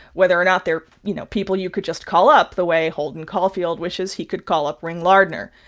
whether or not they're, you know, people you could just call up the way holden caulfield wishes he could call up ring lardner.